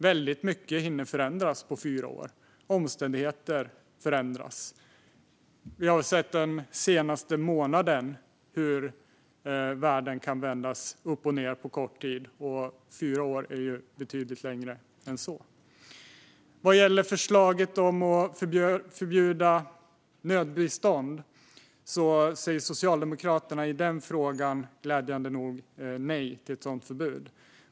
Väldigt mycket hinner förändras på fyra år. Omständigheter förändras. Vi har den senaste månaden sett hur världen kan vändas upp och ned på kort tid, och fyra år är ju betydligt längre än så. Vad gäller frågan om att förbjuda nödbistånd säger Socialdemokraterna glädjande nog nej.